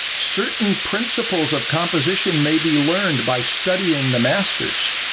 certain principles of composition may be learned by studying the masters.